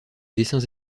dessins